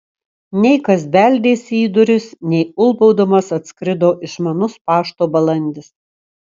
nei kas beldėsi į duris nei ulbaudamas atskrido išmanus pašto balandis